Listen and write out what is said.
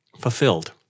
fulfilled